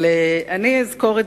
אני אזכור את